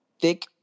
thick